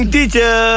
Teacher